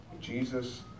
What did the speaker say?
Jesus